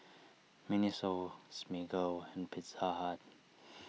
Miniso Smiggle and Pizza Hut